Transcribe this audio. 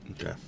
okay